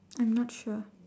I'm not sure